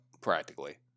practically